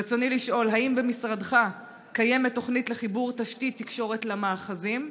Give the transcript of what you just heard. רצוני לשאול: 1. האם במשרדך קיימת תוכנית לחיבור תשתית תקשורת למאחזים?